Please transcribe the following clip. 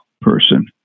person